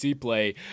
play